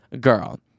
girl